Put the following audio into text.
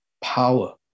power